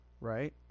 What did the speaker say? right